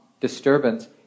disturbance